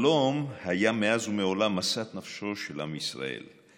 שלום היה מאז ומעולם משאת נפשו של עם ישראל.